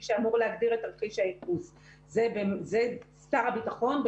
מי שאמור להגדיר את תרחיש הייחוס זה שר הביטחון,